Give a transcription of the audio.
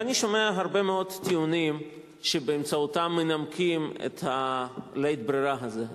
אני שומע הרבה מאוד טיעונים שבאמצעותם מנמקים את הלית-ברירה הזה.